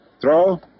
Throw